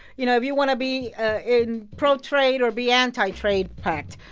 you know if you want to be in pro-trade or be anti-trade pact.